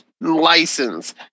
License